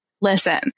listen